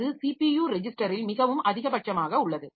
அது ஸிபியு ரெஜிஸ்டரில் மிகவும் அதிகபட்சமாக உள்ளது